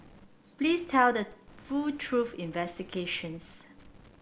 please tell the full truth investigations